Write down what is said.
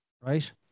right